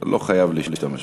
אתה לא חייב להשתמש בכול.